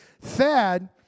Thad